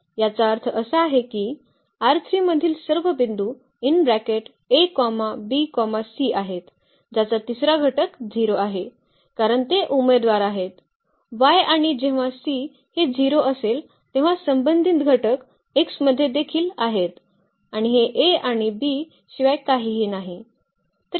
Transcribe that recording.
याचा अर्थ असा आहे की मधील सर्व बिंदू आहेत ज्याचा तिसरा घटक 0 आहे कारण ते उमेदवार आहेत Y आणि जेव्हा c हे 0 असेल तेव्हा संबंधित घटक X मध्ये देखील आहेत आणि हे a आणि b शिवाय काहीही नाही